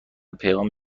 پیغام